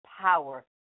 power